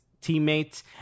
teammates